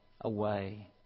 away